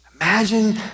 Imagine